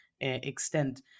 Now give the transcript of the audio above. extent